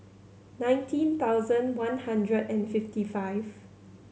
nineteen thousand one hundred and fifty five